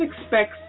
expects